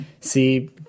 see